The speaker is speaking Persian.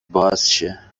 بازشه